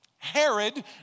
Herod